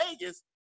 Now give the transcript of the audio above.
Vegas